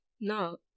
no